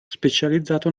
specializzato